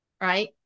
right